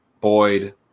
Boyd